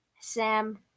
Sam